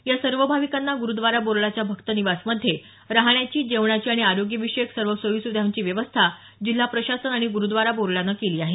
या सर्व भाविकांना गुरूद्वारा बोर्डाच्या भक्त निवासमध्ये राहण्याची जेवणाची आणि आरोग्य विषयक सर्व सोयीसुविधांची व्यवस्था जिल्हा प्रशासनानं आणि गुरूद्वारा बोर्डानं केली आहे